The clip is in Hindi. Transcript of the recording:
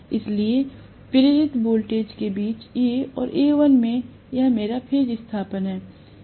इसलिए प्रेरित वोल्टेज के बीच A और Al में यह मेरा फेज विस्थापन है